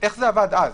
איך זה עבד אז?